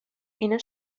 اینا